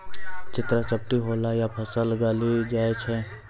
चित्रा झपटी होला से फसल गली जाय छै?